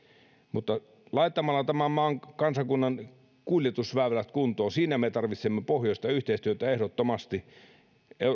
mutta siinä että laitetaan tämän maan kansakunnan kuljetusväylät kuntoon me tarvitsemme pohjoista yhteistyötä ehdottomasti